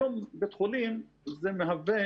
היום בית החולים מהווה